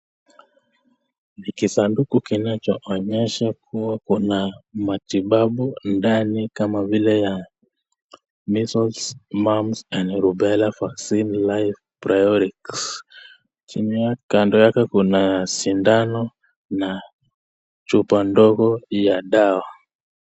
Ni kisanduku kinachoonyesha kuwa Kuna matibabu ndani kama vile ya measles, mums and rubella vaccines life priorics kando yake kuna sindano na chupa ndogo ya dawa.